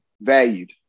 valued